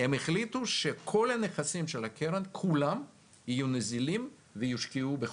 הם החליטו שכל הנכסים של הקרן כולם יהיו נזילים ויושקעו בחו"ל.